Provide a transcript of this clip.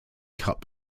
cut